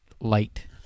Light